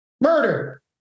murder